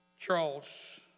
Charles